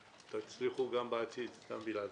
ותצליחו גם בעתיד גם בלעדיי.